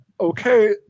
okay